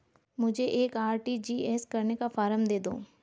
मुझे एक आर.टी.जी.एस करने का फारम दे दो?